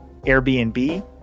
Airbnb